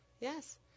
yes